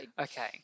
Okay